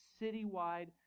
citywide